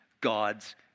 God's